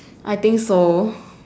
I think so